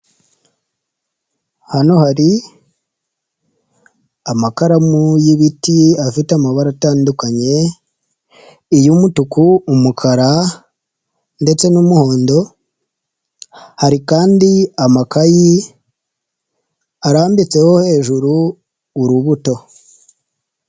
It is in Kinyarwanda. Hano hari amakaramu y'ibiti, afite amabara atandukanye, iy'umutuku, umukara ndetse n'umuhondo, hari kandi amakayi arambitseho hejuru urubuto.